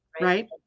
Right